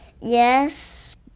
Yes